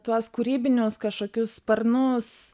tuos kūrybinius kažkokius sparnus